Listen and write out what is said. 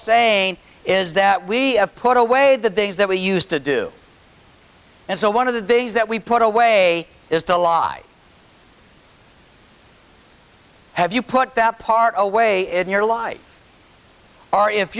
saying is that we have put away the things that we used to do and so one of the beings that we put away is to lie have you put that part of a way in your life or if